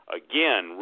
again